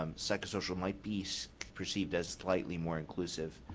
um psychosocial might be so perceived as slightly more inclusive.